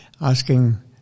asking